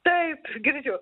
taip girdžiu